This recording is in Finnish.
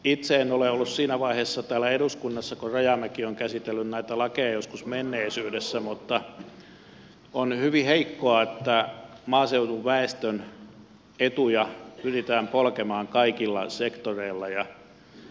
itse en ole ollut siinä vaiheessa täällä eduskunnassa kun rajamäki on käsitellyt näitä lakeja joskus menneisyydessä mutta on hyvin heikkoa että maaseudun väestön etuja pyritään polkemaan kaikilla sektoreilla